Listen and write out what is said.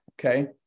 Okay